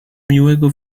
miłego